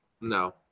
no